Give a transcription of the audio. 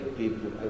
people